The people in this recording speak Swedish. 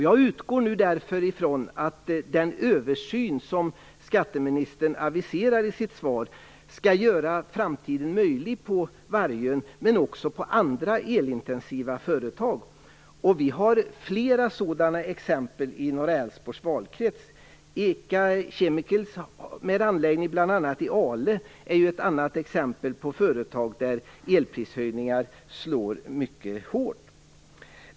Jag utgår därför ifrån att den översyn som skatteministern aviserar i sitt svar skall göra framtiden möjlig på Vargön men också på andra elintensiva företag. Vi har flera sådana exempel inom Älvsborgs valkrets. Eka Chemicals, med anläggning bl.a. i Ale, är ett annat exempel på företag där elprishöjningar slår mycket hårt.